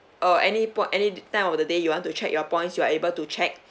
uh any point anytime of the day you want to check your points you are able to check so once you check